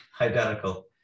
identical